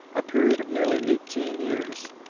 a period of nearly eighteen years.